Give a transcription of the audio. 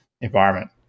environment